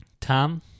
Tom